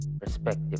perspective